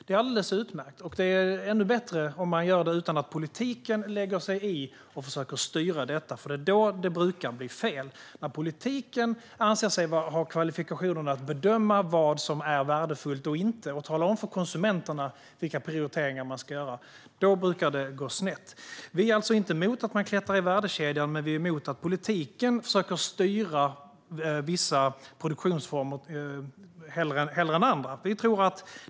Det är alldeles utmärkt. Det vore ännu bättre om man gör det utan att politiken lägger sig i och försöker styra detta. Det är då som det brukar bli fel, när politiken anser sig ha kvalifikationer att bedöma vad som är värdefullt och inte och när man talar om för konsumenterna vilka prioriteringar som de ska göra. Då brukar det gå snett. Vi är alltså inte emot att man klättrar i värdekedjan, men vi är emot att politiken försöker styra vissa produktionsformer framför andra.